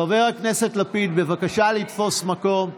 חבר הכנסת לפיד, בבקשה לתפוס מקום.